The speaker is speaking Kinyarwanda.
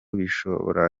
bishobora